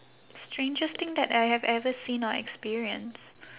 strangest thing that I have ever seen or experienced